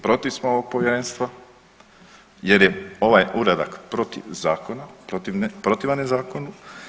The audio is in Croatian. Protiv smo ovog povjerenstva jer je ovaj uradak protiv zakona, protivan je zakonu.